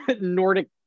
Nordic